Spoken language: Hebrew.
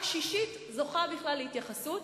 רק שישית זוכה בכלל להתייחסות,